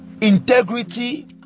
integrity